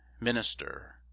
Minister